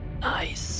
Nice